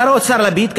שר האוצר לפיד,